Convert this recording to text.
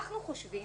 אנחנו חושבים